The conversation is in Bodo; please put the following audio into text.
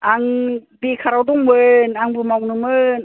आं बेखाराव दंमोन आंबो मावनोमोन